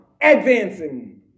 advancing